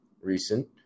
recent